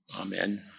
Amen